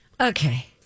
Okay